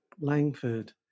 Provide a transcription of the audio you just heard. Langford